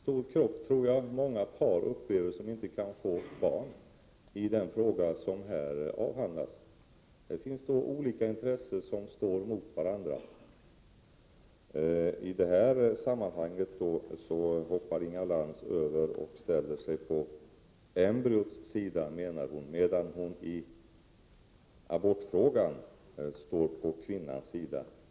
Fru talman! Jag tror att många par som inte kan få barn upplever en lika stor krock i den fråga som här avhandlas. Där finns olika intressen som står emot varandra. I det här sammanhanget hoppar Inga Lantz över och ställer sig på embryots sida, menar hon, medan hon i abortfrågan står på kvinnans sida.